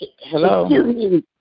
Hello